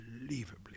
unbelievably